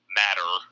matter